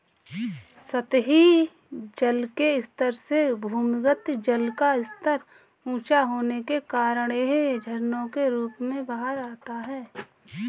सतही जल के स्तर से भूमिगत जल का स्तर ऊँचा होने के कारण यह झरनों के रूप में बाहर आता है